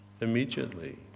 immediately